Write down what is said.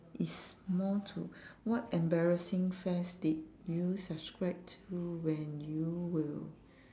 is more to what embarrassing fads did you subscribe to when you were